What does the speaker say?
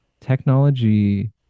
Technology